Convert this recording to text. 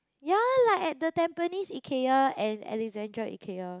ya like at the Tampines Ikea and Alexandra Ikea